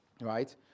Right